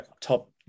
top